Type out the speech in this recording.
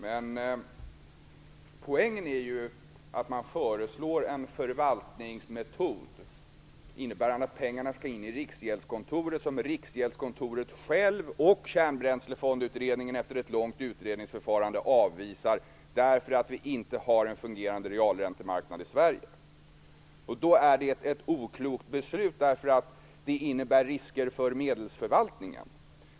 Men poängen är ju att man föreslår en förvaltningsmetod som innebär att pengarna skall in i Riksgäldskontoret. Riksgäldskontoret självt och Kärnbränslefondutredningen avvisar den metoden efter ett långt utredningsförfarande därför att vi inte har en fungerande realräntemarknad i Sverige. Då är detta ett oklokt beslut. Det innebär risker för medelsförvaltningen.